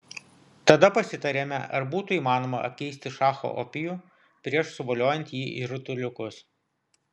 tada pasitarėme ar būtų įmanoma apkeisti šacho opijų prieš suvoliojant jį į rutuliukus